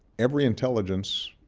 every intelligence